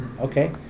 okay